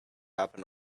happen